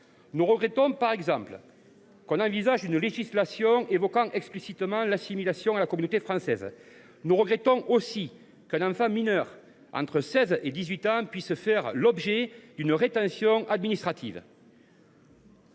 Nous regrettons, par exemple, que l’on envisage une législation évoquant explicitement « l’assimilation à la communauté française ». De même, nous regrettons qu’un enfant mineur, entre 16 ans et 18 ans, puisse faire l’objet d’une rétention administrative.